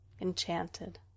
enchanted